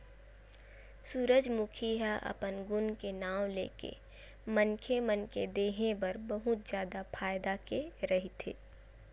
सूरजमूखी ह अपन गुन के नांव लेके मनखे मन के देहे बर बहुत जादा फायदा के रहिथे